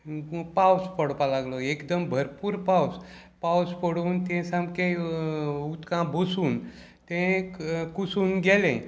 पावस पडपाक लागलो एकदम भरपूर पावस पावस पडून तें सामकें उदकां बसून तें कुसून गेलें